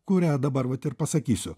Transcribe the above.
kurią dabar vat ir pasakysiu